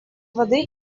воды